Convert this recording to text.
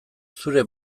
zure